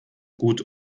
gut